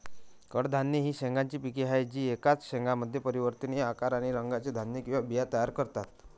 कडधान्ये ही शेंगांची पिके आहेत जी एकाच शेंगामध्ये परिवर्तनीय आकार आणि रंगाचे धान्य किंवा बिया तयार करतात